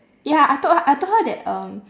ya I told he~ I told her that um